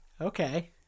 Okay